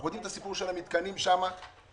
אנחנו יודעים את הסיפור של המתקנים שם שנמצאו